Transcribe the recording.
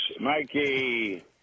Mikey